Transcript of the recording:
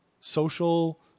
social